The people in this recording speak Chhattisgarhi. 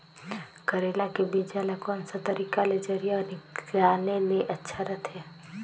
करेला के बीजा ला कोन सा तरीका ले जरिया निकाले ले अच्छा रथे?